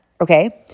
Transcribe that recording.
okay